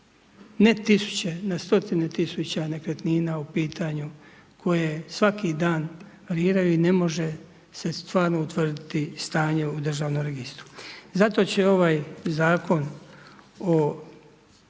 ne tisuće, na stotine tisuća nekretnina u pitanju koje svaki dan variraju i ne može se stvarno utvrditi stanje u državnom registru. Zato će ovaj Zakon o